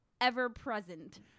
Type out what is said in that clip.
ever-present